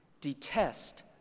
detest